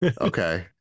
Okay